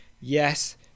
yes